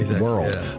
world